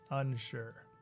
unsure